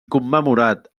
commemorat